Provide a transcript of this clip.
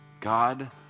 God